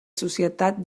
societat